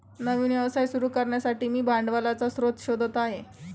नवीन व्यवसाय सुरू करण्यासाठी मी भांडवलाचा स्रोत शोधत आहे